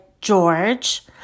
George